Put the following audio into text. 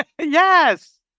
Yes